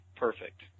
perfect